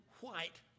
white